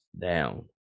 down